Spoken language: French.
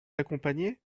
accompagnait